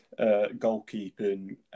goalkeeping